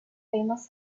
famous